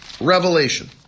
Revelation